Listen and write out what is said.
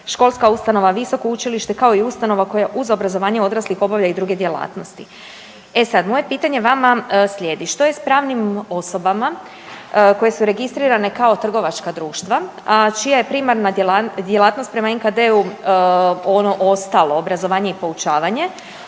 školska ustanova visoko učilište kao i ustanova koja uz obrazovanje odraslih obavlja i druge djelatnosti. E sad, moje pitanje vama slijedi što je s pravnim osobama koje su registrirane kao trgovačka društva, a čija je primarna djelatnost prema NKD-u ono ostalo obrazovanje i poučavanje?